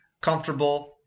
comfortable